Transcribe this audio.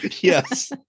Yes